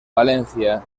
valencia